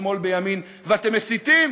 ושמאל בימין, ואתם מסיתים